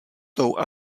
though